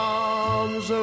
arms